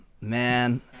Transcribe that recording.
Man